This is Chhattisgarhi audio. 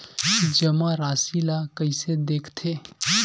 जमा राशि ला कइसे देखथे?